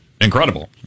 Incredible